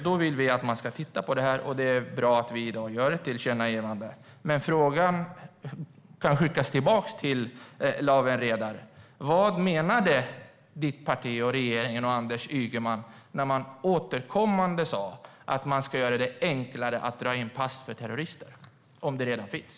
Då vill vi att man ska titta på det här, och det är bra att vi i dag gör ett tillkännagivande. Frågan kan skickas tillbaka till Lawen Redar: Vad menade ditt parti och regeringen och Anders Ygeman när man återkommande sa att man ska göra det enklare att dra in pass för terrorister, om möjligheten redan finns?